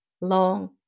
long